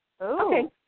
Okay